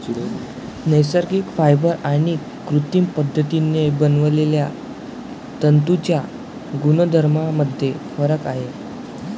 नैसर्गिक फायबर आणि कृत्रिम पद्धतीने बनवलेल्या तंतूंच्या गुणधर्मांमध्ये फरक आहे